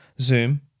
Zoom